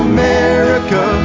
America